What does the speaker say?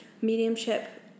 mediumship